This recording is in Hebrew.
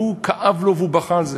והוא, כאב לו והוא בכה על זה.